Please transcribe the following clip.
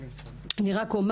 אני רק אומר